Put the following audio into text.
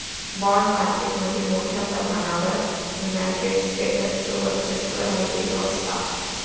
bond market मध्ये मोठ्या प्रमाणावर युनायटेड स्टेट्सचो वर्चस्व राहिलेलो असा